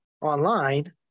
online